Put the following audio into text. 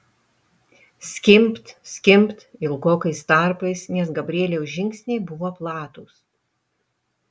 skimbt skimbt ilgokais tarpais nes gabrieliaus žingsniai buvo platūs